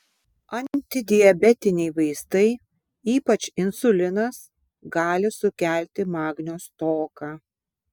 antidiabetiniai vaistai ypač insulinas gali sukelti magnio stoką